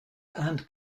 and